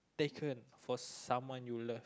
taken for someone you love